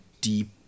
deep